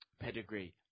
pedigree